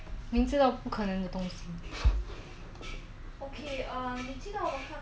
亲情爱情和友情如果要你放弃一个你会放弃哪一个